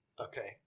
Okay